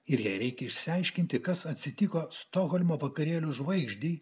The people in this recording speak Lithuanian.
ir jei reikia išsiaiškinti kas atsitiko stokholmo vakarėlių žvaigždei